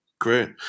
Great